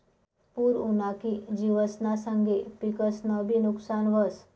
पूर उना की जिवसना संगे पिकंसनंबी नुकसान व्हस